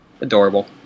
Adorable